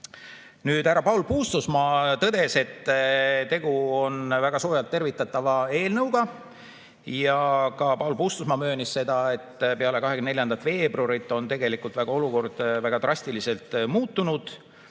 Härra Paul Puustusmaa tõdes, et tegu on väga soojalt tervitatava eelnõuga. Ka Paul Puustusmaa möönis seda, et peale 24. veebruari on tegelikult olukord väga drastiliselt muutunud,